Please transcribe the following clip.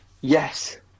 Yes